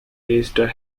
minister